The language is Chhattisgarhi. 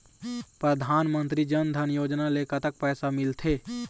परधानमंतरी जन धन योजना ले कतक पैसा मिल थे?